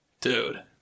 dude